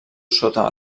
sota